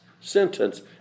sentence